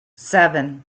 seven